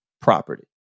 property